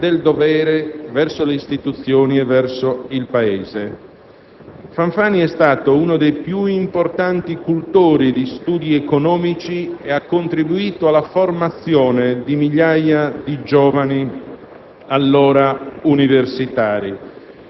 un senso alto di responsabilità e del dovere verso le istituzioni e verso il Paese. Fanfani è stato uno dei più importanti cultori di studi economici ed ha contribuito alla formazione di migliaia di giovani,